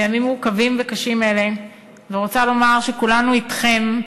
בימים מורכבים וקשים אלה אני רוצה לומר שכולנו אתכם,